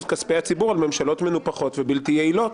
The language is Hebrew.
כספי הציבור על ממשלות מנופחות ובלתי יעילות.